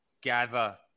gather